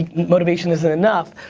motivation isn't enough.